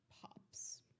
pops